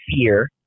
fear